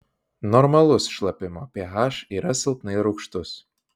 normalus šlapimo ph yra silpnai rūgštus